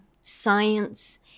science